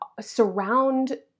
surround